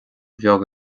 bheag